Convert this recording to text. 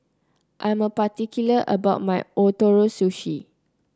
I'm particular about my Ootoro Sushi